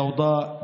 זיקוקים.